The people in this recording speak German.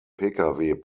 pkw